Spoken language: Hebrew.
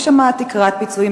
יש שם תקרת פיצויים,